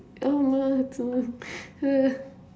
oh no don't ah